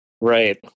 right